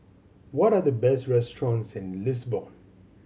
what are the best restaurants in Lisbon